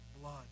blood